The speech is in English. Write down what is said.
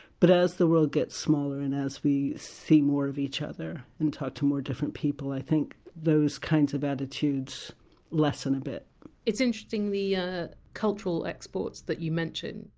but as the world gets smaller and as we see more of each other and talk to more different people, i think those kinds of attitudes lessen a bit it's interesting the ah cultural exports that you mention,